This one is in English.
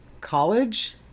college